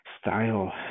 style